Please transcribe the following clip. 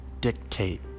dictate